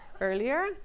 earlier